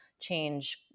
change